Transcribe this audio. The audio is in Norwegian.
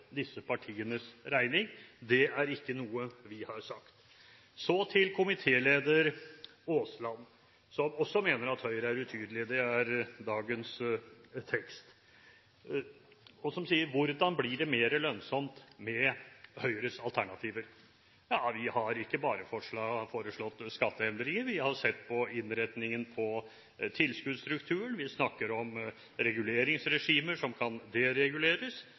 disse partienes regning. Det er ikke noe vi har sagt. Så til komitéleder Aasland, som også mener at Høyre er utydelig – det er dagens tekst – og som sier: Hvordan blir det mer lønnsomt med Høyres alternativer? Ja, vi har ikke bare foreslått skatteendringer, vi har sett på innretningen på tilskuddsstrukturen, vi snakker om reguleringsregimer som kan dereguleres,